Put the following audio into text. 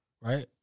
right